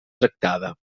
tractada